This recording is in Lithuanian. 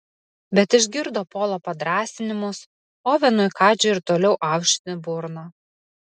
bet išgirdo polo padrąsinimus ovenui kadžiui ir toliau aušinti burną